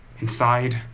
Inside